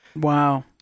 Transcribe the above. Wow